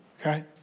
okay